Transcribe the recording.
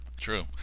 True